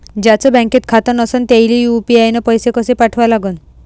ज्याचं बँकेत खातं नसणं त्याईले यू.पी.आय न पैसे कसे पाठवा लागन?